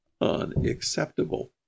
unacceptable